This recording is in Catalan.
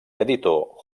editor